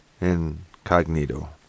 incognito